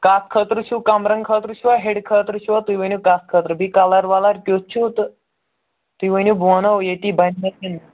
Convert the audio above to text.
کَتھ خٲطرٕ چھُو کَمرَن خٲطرٕ چھُوا ہیرِ خٲطرٕ چھِوا تُہۍ ؤنِو کَتھ خٲطرٕ بیٚیہِ کَلَر وَلَر کیُتھ چھُو تہٕ تُہۍ ؤنِو بہٕ وَنو ییٚتی بَنہِ نہ